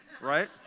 right